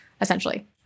essentially